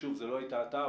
ושוב זה לא היית אתה,